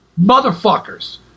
motherfuckers